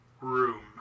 room